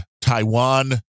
Taiwan